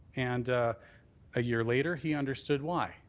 and a year later he undertsood why.